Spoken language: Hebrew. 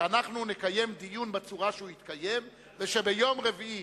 שאנחנו נקיים דיון בצורה שהוא התקיים וביום רביעי,